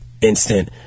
instant